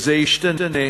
וזה ישתנה,